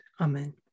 Amen